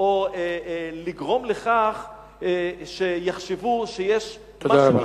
או לגרום לכך שיחשבו שיש, תודה רבה.